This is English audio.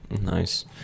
Nice